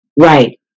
right